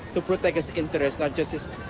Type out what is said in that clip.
to protect his interests, not just his.